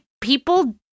people